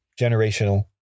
generational